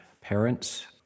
parents